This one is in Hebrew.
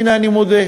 הנה, אני מודה,